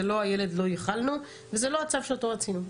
'זה לא הילד לו ייחלנו' וזה לא הצו שאותו רצינו.